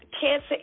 cancer